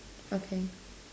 okay